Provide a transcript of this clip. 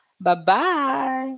Bye-bye